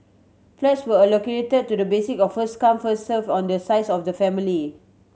flats were allocated to the basis of first come first serve on the size of the family